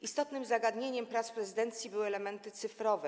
Istotnym zagadnieniem prac prezydencji były elementy cyfrowe.